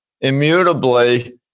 immutably